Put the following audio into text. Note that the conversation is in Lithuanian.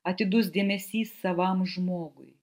atidus dėmesys savam žmogui